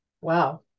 Wow